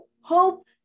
hope